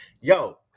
Yo